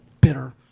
bitter